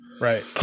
right